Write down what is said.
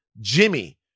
Jimmy